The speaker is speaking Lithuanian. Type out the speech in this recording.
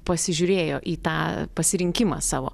pasižiūrėjo į tą pasirinkimą savo